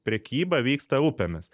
prekyba vyksta upėmis